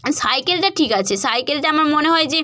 আর সাইকেলটা ঠিক আছে সাইকেলটা আমার মনে হয় যে